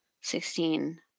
sixteen